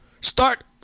Start